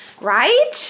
Right